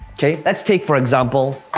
let's take, for example,